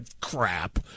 crap